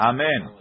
Amen